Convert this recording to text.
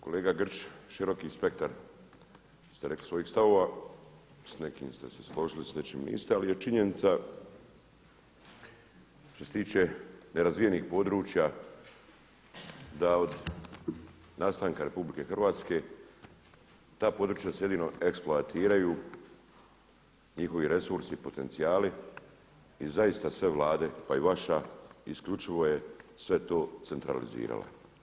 Kolega Grčić, široki spektar ste rekli svojih stavova s nečim ste se složili, s nečim niste, ali je činjenica što se tiče nerazvijenih područja da od nastanka Republike Hrvatske ta područja se jedino eksploatiraju, njihovi resursi, potencijali i zaista sve vlade, pa i vaša isključivo je sve to centralizirala.